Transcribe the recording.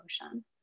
emotion